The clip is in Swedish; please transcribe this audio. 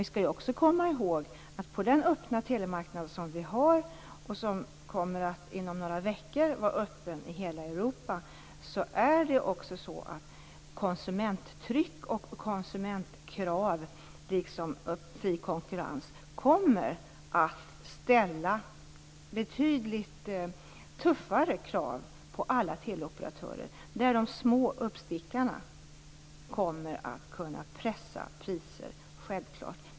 Vi skall dock också komma ihåg att konsumenttryck och konsumentkrav, liksom detta med en fri konkurrens, på den öppna telemarknad som vi har och som inom några veckor kommer att vara öppen i hela Europa kommer att innebära att betydligt tuffare krav ställs på alla teleoperatörer. De små uppstickarna kommer självfallet att kunna pressa priser.